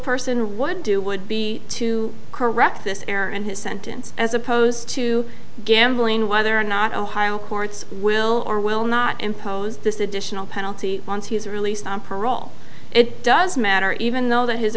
person would do would be to correct this error and his sentence as opposed to gambling whether or not ohio courts will or will not impose this additional penalty once he's released on parole it does matter even though that his